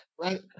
Right